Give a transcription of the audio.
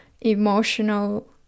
emotional